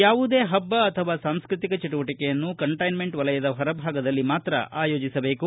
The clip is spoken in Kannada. ಯಾವುದೇ ಹಬ್ಬ ಅಥವಾ ಸಾಂಸ್ಟ್ರತಿಕ ಚಟುವಟಿಕೆಯನ್ನು ಕಂಟ್ಲೆನ್ಮೆಂಟ್ ವಲಯದ ಹೊರಭಾಗದಲ್ಲಿ ಮಾತ್ರ ಆಯೋಜಿಸಬೇಕು